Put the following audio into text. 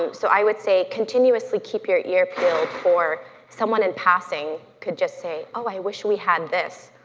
um so i would say continuously keep your ear peeled for someone in passing could just say, oh, i wish we had this,